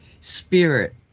spirit